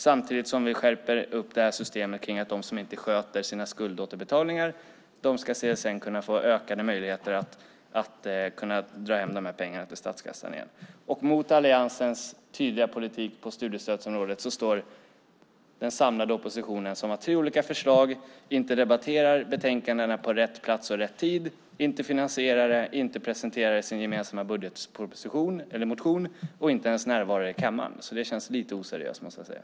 Samtidigt skärper vi systemet så att CSN får ökade möjligheter att dra in pengarna från dem som inte sköter sina skuldåterbetalningar till statskassan igen. Mot Alliansens tydliga politik på studiestödsområdet står den samlade oppositionen som har tre olika förslag, inte debatterar betänkandena på rätt plats och i rätt tid, inte finansierar förslagen, inte presenterar dem i sin gemensamma budgetmotion och inte ens närvarar i kammaren. Det känns lite oseriöst, måste jag säga.